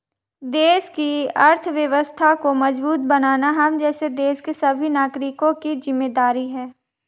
देश की अर्थव्यवस्था को मजबूत बनाना हम जैसे देश के सभी नागरिकों की जिम्मेदारी है